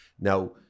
Now